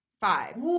Five